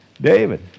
David